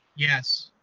yes.